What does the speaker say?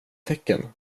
tecken